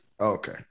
Okay